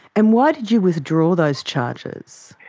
and why did you withdraw those charges?